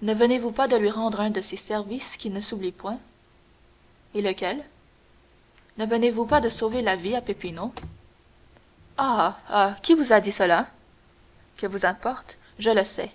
ne venez-vous pas de lui rendre un de ces services qui ne s'oublient point et lequel ne venez-vous pas de sauver la vie à peppino ah ah qui vous a dit cela que vous importe je le sais